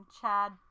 Chad